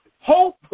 Hope